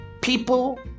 People